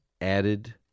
added